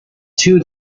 two